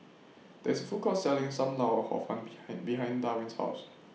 There IS A Food Court Selling SAM Lau Hor Fun behind behind Darwin's House